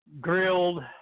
grilled